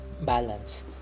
balance